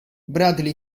bradley